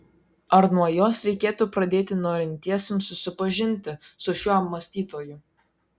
ar nuo jos reikėtų pradėti norintiesiems susipažinti su šiuo mąstytoju